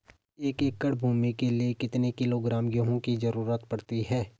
एक एकड़ भूमि के लिए कितने किलोग्राम गेहूँ की जरूरत पड़ती है?